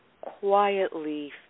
quietly